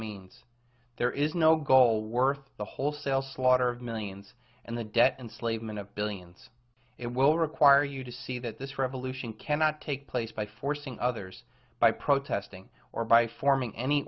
means there is no goal worth the wholesale slaughter of millions and the debt and slave min of billions it will require you to see that this revolution cannot take place by forcing others by protesting or by forming any